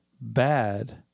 bad